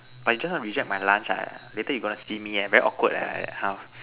but just now you reject my lunch ah later you go and see me eh very awkward leh like that how